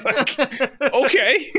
okay